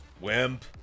Wimp